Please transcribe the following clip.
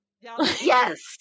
yes